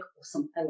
awesome